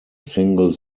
single